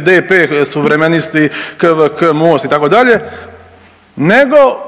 DP, Suvremenosti, KVK, Most itd., nego